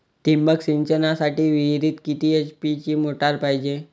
ठिबक सिंचनासाठी विहिरीत किती एच.पी ची मोटार पायजे?